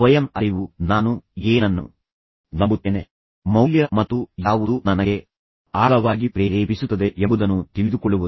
ಸ್ವಯಂ ಅರಿವುಃ ನಾನು ಏನನ್ನು ನಂಬುತ್ತೇನೆ ಮೌಲ್ಯ ಮತ್ತು ಯಾವುದು ನನಗೆ ಆಳವಾಗಿ ಪ್ರೇರೇಪಿಸುತ್ತದೆ ಎಂಬುದನ್ನು ತಿಳಿದುಕೊಳ್ಳುವುದು